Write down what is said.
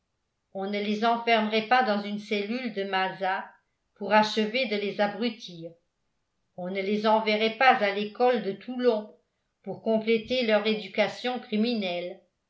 on ne les enfermerait pas dans une cellule de mazas pour achever de les abrutir on ne les enverrait pas à l'école de toulon pour compléter leur éducation criminelle